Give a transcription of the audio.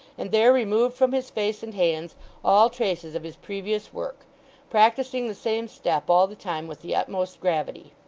and there removed from his face and hands all traces of his previous work practising the same step all the time with the utmost gravity.